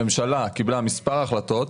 הממשלה קיבלה מספר החלטות,